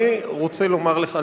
אני רוצה לומר לך,